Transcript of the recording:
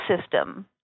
system